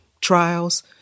trials